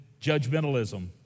judgmentalism